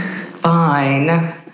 fine